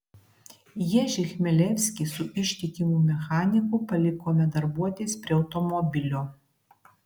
ježį chmelevskį su ištikimu mechaniku palikome darbuotis prie automobilio